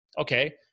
Okay